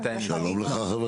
שלום לך, חבר